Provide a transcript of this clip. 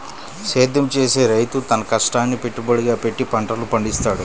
సేద్యం చేసే రైతు తన కష్టాన్నే పెట్టుబడిగా పెట్టి పంటలను పండిత్తాడు